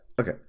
Okay